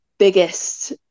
biggest